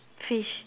fish